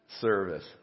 service